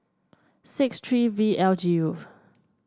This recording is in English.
six three V L G U